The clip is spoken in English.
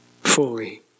fully